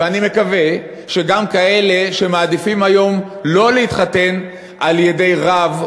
ואני מקווה שגם כאלה שמעדיפים היום לא להתחתן על-ידי רב,